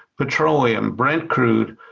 petroleum, brent crude,